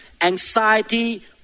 anxiety